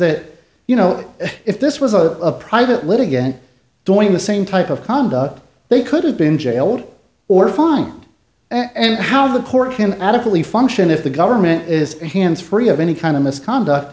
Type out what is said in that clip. that you know if this was a private litigant doing the same type of conduct they could have been jailed or fined and how the court can adequately function if the government is hands free of any kind of misconduct